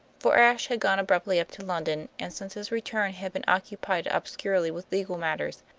for ashe had gone abruptly up to london, and since his return had been occupied obscurely with legal matters,